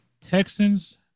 Texans